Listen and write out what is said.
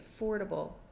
affordable